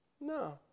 No